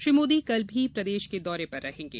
श्री मोदी कल भी प्रदेश के दौरे पर रहेंगे